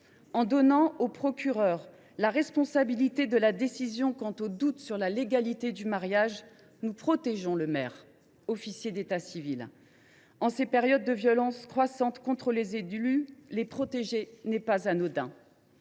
En donnant au procureur de la République la responsabilité de la décision quant au doute sur la légalité d’un mariage, nous protégeons le maire, officier d’état civil. En cette période de violences croissantes contre les élus, il n’est pas inutile